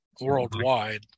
worldwide